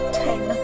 ten